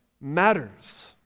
matters